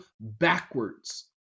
backwards